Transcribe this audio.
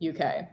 UK